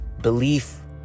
belief